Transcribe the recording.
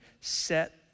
set